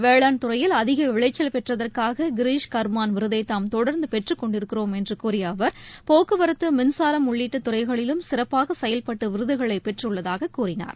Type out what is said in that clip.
வேளாண் துறையில் அதிக விளைச்சல் பெற்றதற்காக கிரிஷ் கர்மான் விருதை தாம் தொடர்ந்து பெற்றுக் கொண்டிருக்கிறோம் என்று கூறிய அவர் போக்குவரத்து மின்சாரம் உள்ளிட்ட துறைகளிலும் சிறப்பாக செயல்பட்டு விருதுகளை பெற்றுள்ளதாக கூறினார்